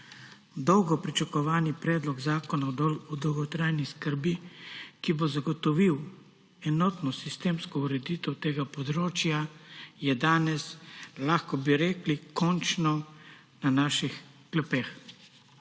Dolgo pričakovani Predlog zakona o dolgotrajni oskrbi, ki bo zagotovil enotno sistemsko ureditev tega področja, je danes, lahko bi rekli, končno na naših klopeh.